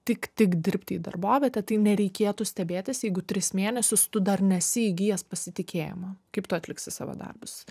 tik tik dirbti į darbovietę tai nereikėtų stebėtis jeigu tris mėnesius tu dar nesi įgijęs pasitikėjimo kaip tu atliksi savo darbus